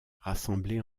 rassemblées